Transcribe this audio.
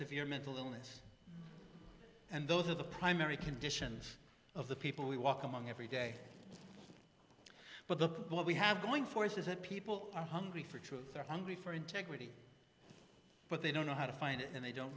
severe mental illness and those are the primary conditions of the people we walk among every day but look what we have going for us is it people are hungry for truth are hungry for integrity but they don't know how to find it and they don't